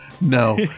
no